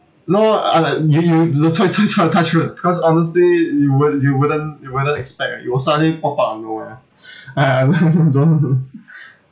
no uh uh you no !choy! !choy! !choy! touch wood cause honestly you would~ you wouldn't you wouldn't expect ah it will suddenly pop out of nowhere uh don't